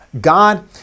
God